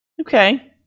Okay